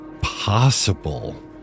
possible